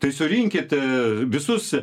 tai surinkit visus